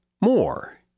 more